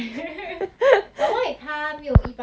must be the height and the okay